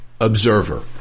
observer